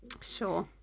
Sure